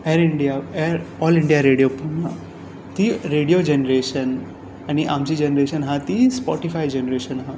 air India All India radio पळोवूंक ना ती रेडियो जेनरेशन आनी आमची जेनरेशन आसा ती स्पोटिफाय जेनरेशन आसा